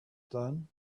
done